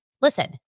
listen